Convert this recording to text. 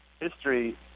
history